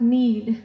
need